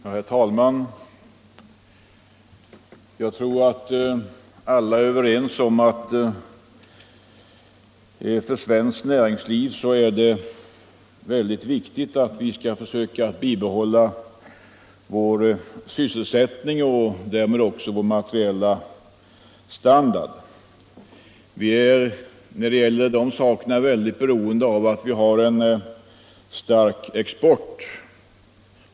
Herr talman! Alla är väl överens om att det för svenskt näringsliv är mycket viktigt att vi försöker bibehålla vår sysselsättning och därmed också vår materiella standard. Och när det gäller de sakerna är vi mycket beroende av att vi har en stark export.